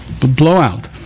blowout